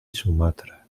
sumatra